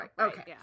Okay